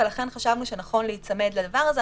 ולכן חשבנו שנכון להיצמד לדבר הזה.